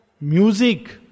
music